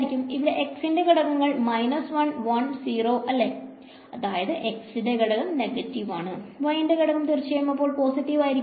ഇവിടെ x ന്റെ ഘടകങ്ങൾ 110 അല്ലെ അതായത് x ഘടകം നെഗറ്റിവ് ആണ് y ഘടകം പോസിറ്റീവ് ഉം